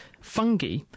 fungi